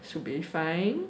should be fine